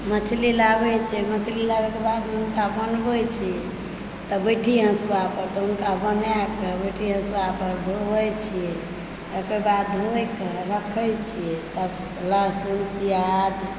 मछली लाबए छै मछली लाबएके बाद हुनका बनबै छी तऽ बैठी हसुआंँ पर तब हुनका बनाएकऽ बैठी हसुआंँ पर धोबए छियै ओकर बाद धोइक रखय छियै तब लहसुन प्याज